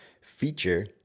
feature